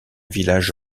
village